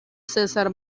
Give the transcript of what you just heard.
césar